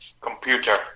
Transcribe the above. computer